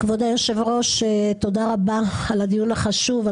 כבוד היושב ראש, תודה רבה על הדיון החשוב.